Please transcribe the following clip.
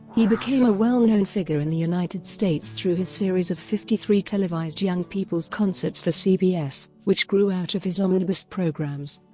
he became a well-known figure in the united states through his series of fifty-three televised young people's concerts for cbs, which grew out of his omnibus programs.